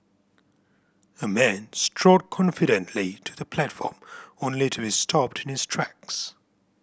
a man strode confidently to the platform only to be stopped in his tracks